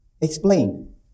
explain